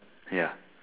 ya